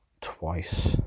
twice